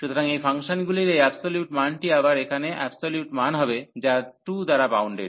সুতরাং এই ফাংশনগুলির এই অ্যাবসোলিউট মানটি আবার এখানে অ্যাবসোলিউট মান হবে যা 2 দ্বারা বাউন্ডেড